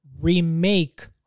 remake